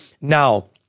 Now